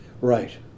Right